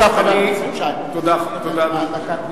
בבקשה.